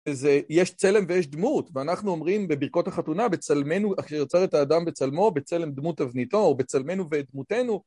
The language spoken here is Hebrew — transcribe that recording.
אז יש צלם ויש דמות, ואנחנו אומרים בברכות החתונה, בצלמנו, אשר יצר את האדם בצלמו, בצלם דמות תבניתו, או בצלמנו ובדמותנו.